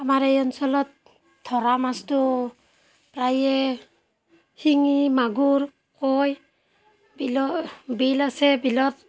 আমাৰ এই অঞ্চলত ধৰা মাছটো প্ৰায়ে শিঙি মাগুৰ কাৱৈ বিলত বিল আছে বিলত